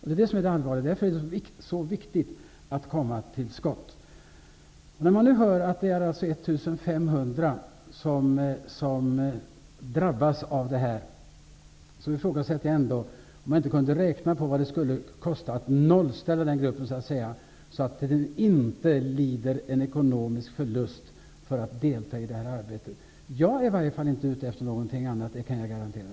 Det är därför som det är så viktigt att komma till skott. När det nu är 1 500 som drabbas av detta, kan man fråga sig vad det skulle kosta att så att säga nollställa den gruppen, så att den som deltar i det här arbetet inte lider en ekonomisk förlust. Jag är i varje fall inte ute efter någonting annat, det kan jag garantera.